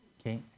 okay